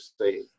say